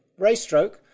raystroke